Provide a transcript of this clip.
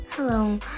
Hello